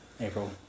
April